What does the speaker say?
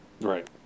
Right